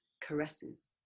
caresses